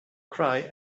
cry